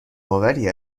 آوری